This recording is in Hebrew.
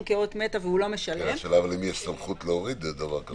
כאות מתה והוא לא משלם --- השאלה למי יש סמכות להוריד דבר כזה.